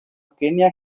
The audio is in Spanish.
kenia